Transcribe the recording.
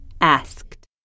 Asked